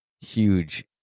huge